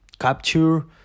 capture